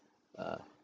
uh